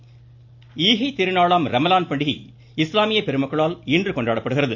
ரமலான் ஈகைத்திருநாளாம் ரமலான் பண்டிகை இஸ்லாமிய பெருமக்களால் இன்று கொண்டாடப்படுகிறது